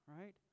Right